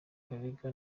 karega